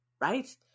right